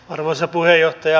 arvoisa puheenjohtaja